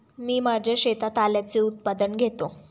मी माझ्या शेतात आल्याचे उत्पादन घेतो